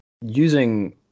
using